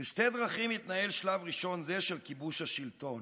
בשתי דרכים התנהל שלב ראשון זה של כיבוש השלטון: